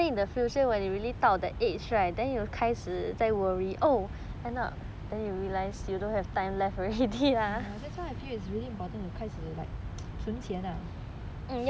ya that's why I feel it's really important to 开始 like 存钱 lah